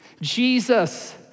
Jesus